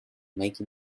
make